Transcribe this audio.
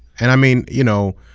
and i mean, you know,